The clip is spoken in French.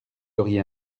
auriez